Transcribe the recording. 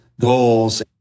goals